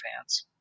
fans